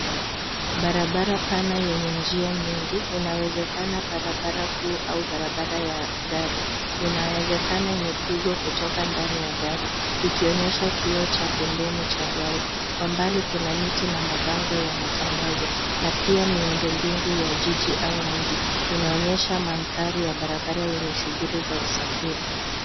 Barabara pana yenye njia nyingi, inawezakana barabara kuu au barabara ya gari. Inawezekana imepigwa kutoka ndani ya gari, ikionyesha kioo cha pembeni cha gari. Kwa mbali, kuna miti na mabango ya matangazo na pia miundombingu ya jiji au mji. Inaonyesha manthari ya barabara yenye shughuli za usafiri.